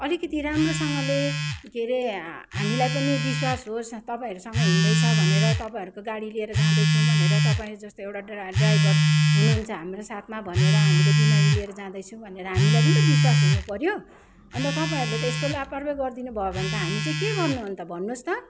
अलिकति राम्रोसँगले के अरे हामीलाई पनि विश्वास होस् तपाईँहरूसँग हिँड्दैछ भनेर तपाईँहरूको गाडी लिएर जाँदैछौँ भनेर तपाईँ जस्तो एउटा ड्राइ ड्राइभर हुनुहुन्छ हाम्रो साथमा भनेर हामीले बिमारी लिएर जाँदैछु भनेर हामीलाई पनि त विश्वास हुनपऱ्यो अन्त तपाईँहरूले त यस्तो लापरवाही गरिदिनु भयो भने हामी चाहिँ के गर्नु अन्त भन्नुहोस् त